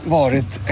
varit